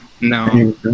No